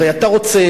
הרי אתה סובל,